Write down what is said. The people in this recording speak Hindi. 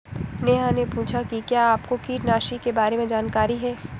नेहा ने पूछा कि क्या आपको कीटनाशी के बारे में जानकारी है?